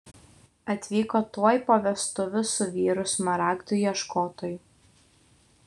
atvyko tuoj po vestuvių su vyru smaragdų ieškotoju